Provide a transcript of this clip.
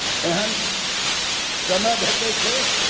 एहन समय भेटै छै